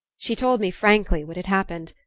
she told me frankly what had happened.